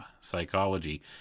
psychology